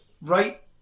right